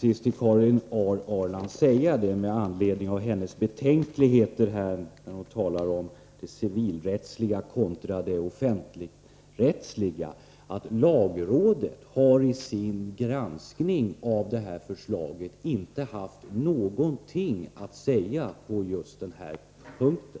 Herr talman! Med anledning av Karin Ahrlands betänkligheter när hon talar om det civilrättsliga kontra det offentligrättsliga vill jag till sist bara säga att lagrådet i sin granskning av förslaget inte har haft någonting att säga på just den här punkten.